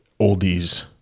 oldies